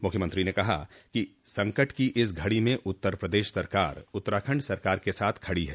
मुख्यमंत्री ने कहा कि संकट की इस घड़ी में उत्तर प्रदेश सरकार उत्तराखंड सरकार के साथ खड़ी है